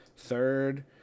third